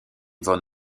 von